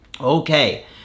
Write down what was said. Okay